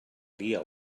dia